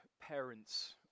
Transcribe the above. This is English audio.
parents